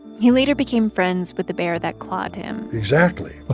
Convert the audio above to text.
he later became friends with the bear that clawed him exactly